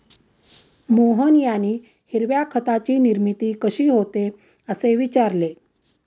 मोहन यांनी हिरव्या खताची निर्मिती कशी होते, असे विचारले